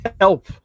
help